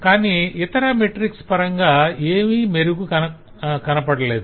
కాని ఇతర మెట్రిక్స్ పరంగా ఏమీ మెరుగు కనపడలేదు